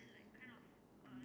halal food